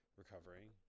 recovering